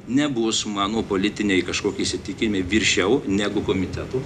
nebus mano politiniai kažkokie įsitikinimai viršiau negu komiteto